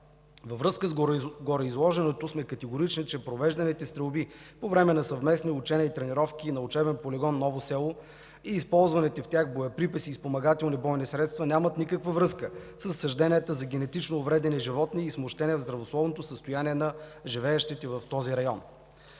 Във връзка с гореизложеното сме категорични, че провежданите стрелби по време на съвместни учения и тренировки на учебен полигон „Ново село” и използваните в тях боеприпаси и спомагателни бойни средства нямат никаква връзка със съжденията за генетично увредени животни и смущения в здравословното състояние на живеещите в този район.